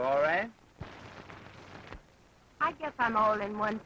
know all right i guess i'm all in one